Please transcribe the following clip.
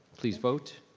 please vote.